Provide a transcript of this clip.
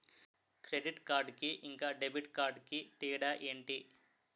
Credit card కి ఇంకా debit card కి తేడా ఏంటి?